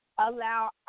Allow